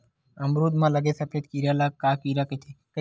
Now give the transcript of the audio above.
अमरूद म लगे सफेद कीरा ल का कीरा कइथे?